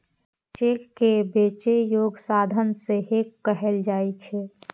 cheque कें बेचै योग्य साधन सेहो कहल जाइ छै